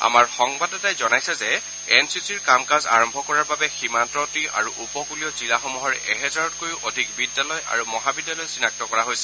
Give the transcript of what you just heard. আমাৰ সংবাদদাতাই জনাইছে যে এন চি চিৰ কাম কাজ আৰম্ভ কৰাৰ বাবে সীমান্তৱৰ্তী আৰু উপকৃলীয় জিলাসমূহৰ এহেজাৰতকৈও অধিক বিদ্যালয় আৰু মহাবিদ্যালয় চিনাক্ত কৰা হৈছে